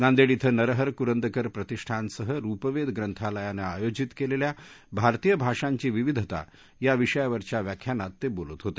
नांदेड धिं नरहर कुरुंदकर प्रतिष्ठानसह रूपवेध ग्रंथालयानं आयोजित केलेल्या भारतीय भाषांची विविधता या विषयावरच्या व्याख्यानात ते बोलत होते